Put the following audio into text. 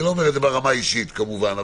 אני לא אומרת את זה ברמה האישית, כמובן.